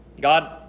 God